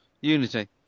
unity